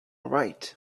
right